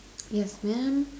yes man